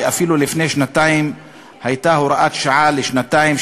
ואפילו לפני שנתיים הייתה הוראת שעה לשנתיים,